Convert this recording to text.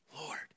Lord